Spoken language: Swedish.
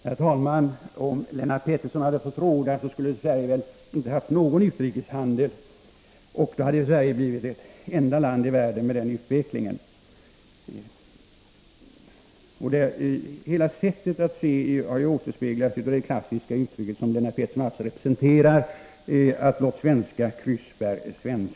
Herr talman! Om Lennart Pettersson hade fått råda skulle Sverige väl inte ha haft någon utrikeshandel, och då hade också Sverige blivit det enda landet i världen med den utvecklingen. Hela sättet att se har återspeglats i det klassiska uttryck som Lennart Pettersson personifierar: Blott Sverige svenska krusbär har.